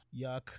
yuck